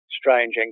strange